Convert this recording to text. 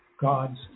God's